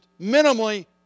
minimally